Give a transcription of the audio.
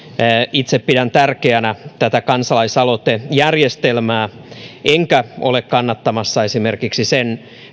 itse pidän tärkeänä tätä kansalaisaloitejärjestelmää enkä ole kannattamassa esimerkiksi sen